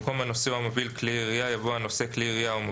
במקום "הנושא או המוביל כלי ירייה" יבוא "הנושא